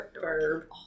verb